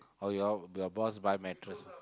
or you all your boss buy mattress